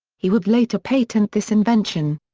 he would later patent this invention.